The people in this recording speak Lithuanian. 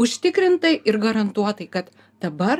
užtikrintai ir garantuotai kad dabar